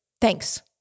thanks